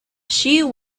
she